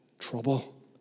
trouble